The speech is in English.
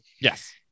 yes